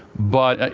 but,